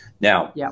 Now